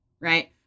right